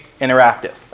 interactive